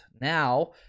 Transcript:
Now